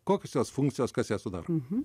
kokios jos funkcijos kas ją sudaro